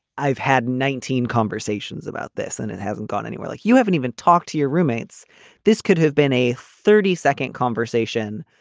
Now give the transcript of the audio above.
i've had nineteen nineteen conversations about this and it hasn't gone anywhere. like you haven't even talked to your roommates this could have been a thirty second conversation.